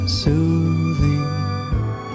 soothing